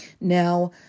Now